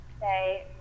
say